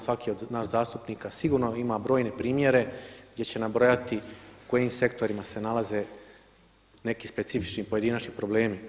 Svaki od nas zastupnika sigurno ima brojne primjere gdje će nabrojati u kojim sektorima se nalaze neki specifični pojedinačni problemi.